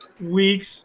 weeks